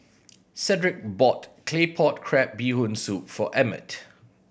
Cedrick bought Claypot Crab Bee Hoon Soup for Emmett